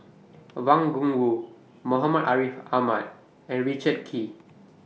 Wang Gungwu Muhammad Ariff Ahmad and Richard Kee